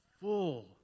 full